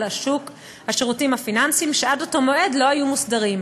שוק השירותים הפיננסיים שעד אותו מועד לא היו מוסדרים,